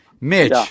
Mitch